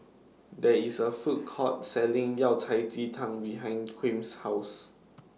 There IS A Food Court Selling Yao Cai Ji Tang behind Kwame's House